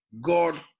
God